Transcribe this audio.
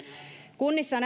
kunnissa